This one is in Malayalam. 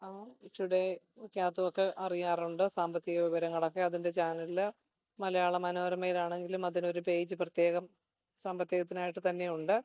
ആ റ്റുഡേയ്ക്കകത്തുമൊക്കെ അറിയാറുണ്ട് സാമ്പത്തിക വിവരങ്ങൾ ഒക്കെ അതിൻ്റെ ചാനലിൽ മലയാളമനോരമയിൽ ആണെകിലും അതിന് ഒരു പേജ് പ്രത്യേകം സാമ്പത്തികത്തിനായിട്ട് തന്നെ ഉണ്ട്